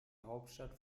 hauptstadt